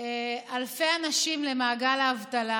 אלפי אנשים למעגל האבטלה.